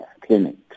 clinics